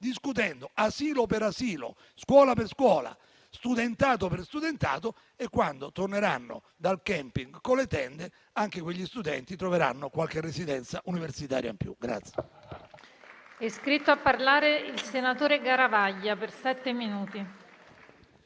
discutendo asilo per asilo, scuola per scuola, studentato per studentato; quando torneranno dal *camping* con le tende, anche quegli studenti troveranno qualche residenza universitaria in più.